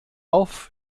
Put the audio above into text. auf